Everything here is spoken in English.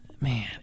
man